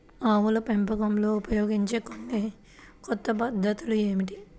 ఆవుల పెంపకంలో ఉపయోగించే కొన్ని కొత్త పద్ధతులు ఏమిటీ?